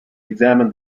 examined